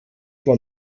man